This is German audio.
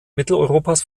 mitteleuropas